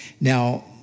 Now